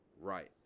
right